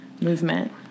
movement